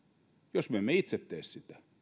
jos me emme itse tee sitä